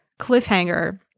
cliffhanger